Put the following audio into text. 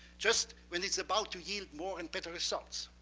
just when it's about to yield more and better results.